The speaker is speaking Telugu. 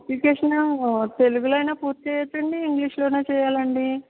అప్లికేషను తెలుగులోనైనా పూర్తిచేయొచ్చా అండి ఇంగ్లీషులోనే చేయాలండి